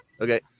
Okay